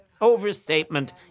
Overstatement